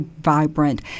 vibrant